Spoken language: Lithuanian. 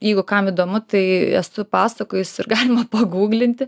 jeigu kam įdomu tai esu pasakojus ir galima paguglinti